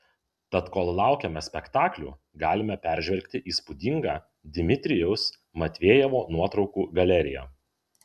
tad kol laukiame spektaklių galime peržvelgti įspūdingą dmitrijaus matvejevo nuotraukų galeriją